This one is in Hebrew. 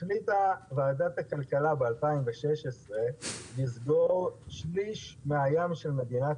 החליטה ועדת הכלכלה ב-2016 לסגור שליש מן הים של מדינת